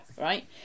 right